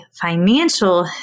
financial